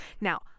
Now